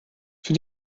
für